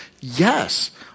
Yes